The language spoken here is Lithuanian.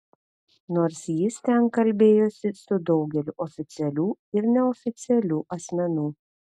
nors jis ten kalbėjosi su daugeliu oficialių ir neoficialių asmenų